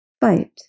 Fight